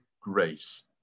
grace